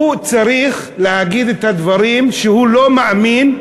הוא צריך להגיד את הדברים שהוא לא מאמין,